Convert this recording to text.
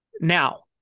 Now